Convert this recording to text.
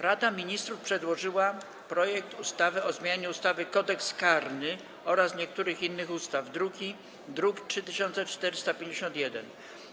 Rada Ministrów przedłożyła projekt ustawy o zmianie ustawy Kodeks karny oraz niektórych innych ustaw, druk nr 3451.